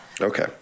Okay